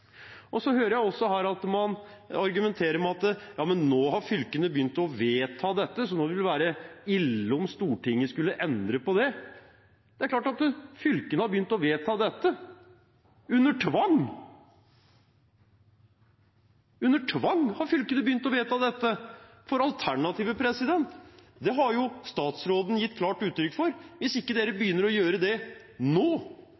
dette, så nå ville det være ille om Stortinget skulle endre på det. Det er klart at fylkene har begynt å vedta dette – under tvang. Under tvang har fylkene begynt å vedta dette, for alternativet har jo statsråden gitt klart uttrykk for: Hvis de ikke begynner å gjøre det nå,